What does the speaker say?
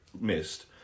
missed